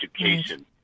education